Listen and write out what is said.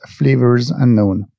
flavorsunknown